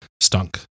stunk